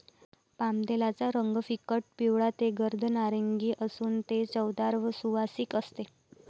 पामतेलाचा रंग फिकट पिवळा ते गर्द नारिंगी असून ते चवदार व सुवासिक असते